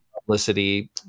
publicity